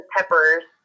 Peppers